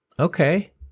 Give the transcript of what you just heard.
Okay